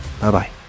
Bye-bye